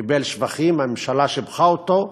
קיבל שבחים, הממשלה שיבחה אותו,